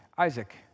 Isaac